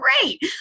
great